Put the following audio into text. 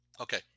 Okay